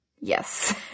Yes